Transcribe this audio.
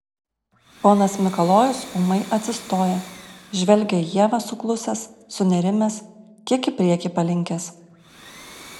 ponas mikalojus ūmai atsistoja žvelgia į ievą suklusęs sunerimęs kiek į priekį palinkęs